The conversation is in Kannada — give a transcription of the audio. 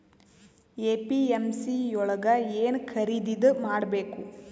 ಎ.ಪಿ.ಎಮ್.ಸಿ ಯೊಳಗ ಏನ್ ಖರೀದಿದ ಮಾಡ್ಬೇಕು?